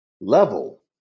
level